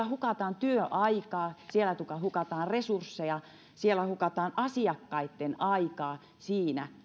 hukataan työaikaa hukataan resursseja ja hukataan asiakkaitten aikaa siinä